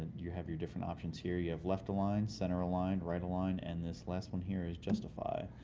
you have you different options here. you have left-align, center-align, right-align and this last one here is justified.